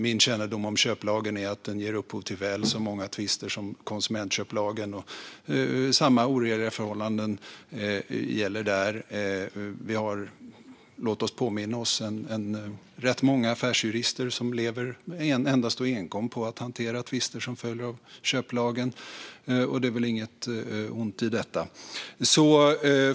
Min kännedom om köplagen är att den ger upphov till väl så många tvister som konsumentköplagen. Det är samma orediga förhållanden som gäller där. Låt oss påminna oss om att vi har rätt många affärsjurister som lever endast och enkom på att hantera tvister som följer av köplagen, och det är väl inget ont i detta.